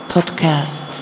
Podcast